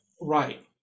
right